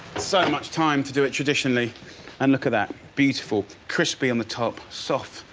so much time to do it traditionally and look at that. beautiful! crispy on the top, soft,